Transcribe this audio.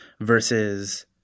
versus